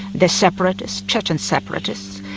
the separatist chechen separatists,